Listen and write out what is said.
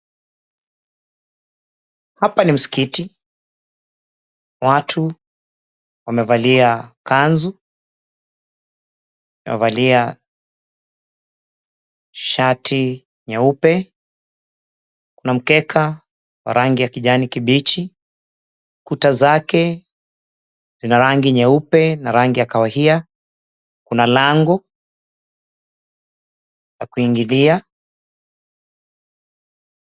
Hapa ni msikiti, watu wamevalia kanzu, wamevalia shati nyeupe. Kuna mkeka wa rangi ya kijani kibichi, kuta zake zina rangi nyeupe na rangi ya kawahia, kuna lango la kuingilia.